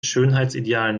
schönheitsidealen